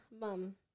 mom